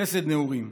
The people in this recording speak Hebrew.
חסד נעורים.